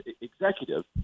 executive